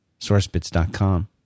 SourceBits.com